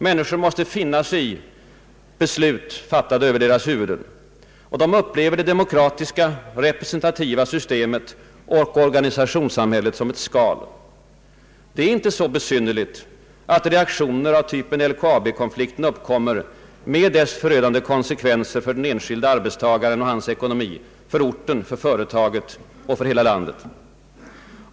Människor måste finna sig i beslut, fattade över deras huvuden, och de upplever det demokratiska representativa systemet och organisationssamhället som ett skal. Det är inte så besynnerligt att reaktioner av typen LKAB konflikten uppkommer med dess förödande konsekvenser för den enskilde arbetstagaren och hans ekonomi, för orten, för företaget och för hela landet.